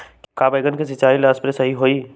का बैगन के सिचाई ला सप्रे सही होई?